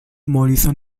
morrison